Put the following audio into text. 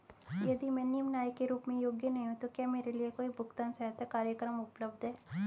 यदि मैं निम्न आय के रूप में योग्य नहीं हूँ तो क्या मेरे लिए कोई भुगतान सहायता कार्यक्रम उपलब्ध है?